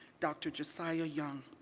dr. josiah young,